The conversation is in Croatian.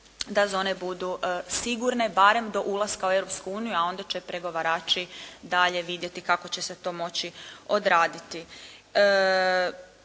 da zone budu sigurne, barem do ulaska u Europsku uniju, a onda će pregovarači dalje vidjeti kako će se to moći odraditi.